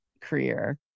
career